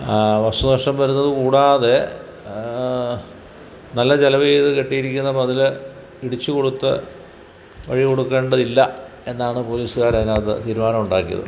വസ്തു നഷ്ടം വരുന്നതു കൂടാതെ നല്ല ചിലവ് ചെയ്ത് കെട്ടിയിരിക്കുന്ന മതിൽ ഇടിച്ച് കൊടുത്ത് വഴി കൊടുക്കേണ്ടത് ഇല്ല എന്നാണ് പോലീസുകാർ അതിനകത്ത് തീരുമാനം ഉണ്ടാക്കിയത്